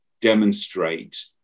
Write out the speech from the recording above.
demonstrate